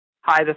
Hi